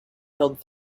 held